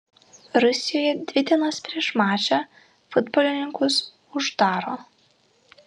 rusijoje dvi dienas prieš mačą futbolininkus uždaro